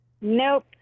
Nope